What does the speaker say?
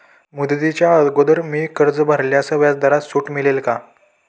मुदतीच्या अगोदर मी कर्ज भरल्यास व्याजदरात मला सूट मिळेल का?